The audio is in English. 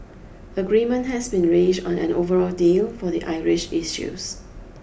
agreement has been reached on an overall deal for the Irish issues